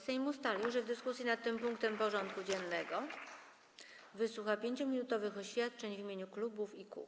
Sejm ustalił, że w dyskusji nad tym punktem porządku dziennego wysłucha 5-minutowych oświadczeń w imieniu klubów i kół.